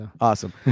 Awesome